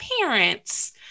parents